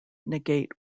negate